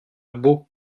beau